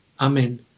Amen